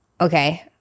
Okay